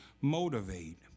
motivate